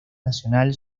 nacional